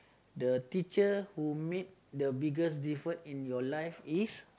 the teacher who made the biggest different in your life is